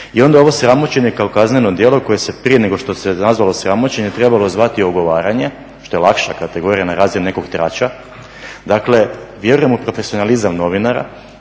I onda ovo sramoćenje kao kazneno djelo koje se prije nego što se nazvalo sramoćenje trebalo zvati ogovaranje, što je lakša kategorija na razini nekog trača. Dakle, vjerujem u profesionalizam novinara